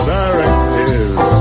directives